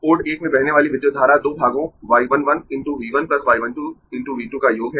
port 1 में बहने वाली विद्युत धारा दो भागों y 1 1 × V 1 y 1 2 × V 2 का योग है